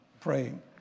praying